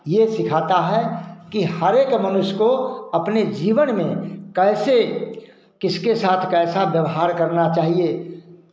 यह सिखाता है कि हर एक मनुष्य को अपने जीवन में कैसे किसके साथ कैसा व्यवहार करना चाहिए